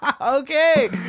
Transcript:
Okay